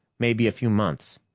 maybe a few months.